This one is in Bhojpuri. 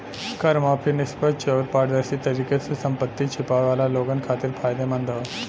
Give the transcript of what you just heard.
कर माफी निष्पक्ष आउर पारदर्शी तरीके से संपत्ति छिपावे वाला लोगन खातिर फायदेमंद हौ